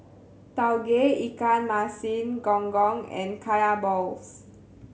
Tauge Ikan Masin Gong Gong and Kaya balls